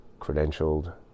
credentialed